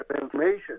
information